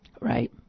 Right